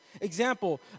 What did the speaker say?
Example